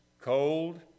cold